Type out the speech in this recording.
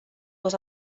was